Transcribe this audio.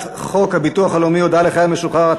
הצעת חוק הביטוח הלאומי (תיקון מס' 144) (הודעה לחייל משוחרר),